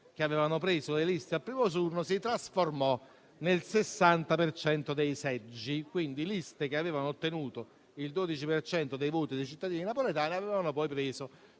che avevano preso le liste al primo turno si trasformò nel 60 per cento dei seggi. Quindi liste che avevano ottenuto il 12 per cento dei voti dei cittadini napoletani avevano poi preso